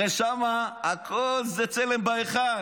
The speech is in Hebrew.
הרי שם הכול זה צלם בהיכל,